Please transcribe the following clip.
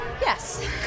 yes